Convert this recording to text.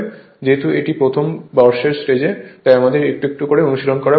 যেহেতু এটি প্রথম বর্ষের স্টেজ তাই আমাদের একটু একটু করে অনুশীলন করা প্রয়োজন